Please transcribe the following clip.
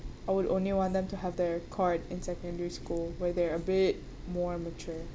I would only want them to have their card in secondary school where they're a bit more mature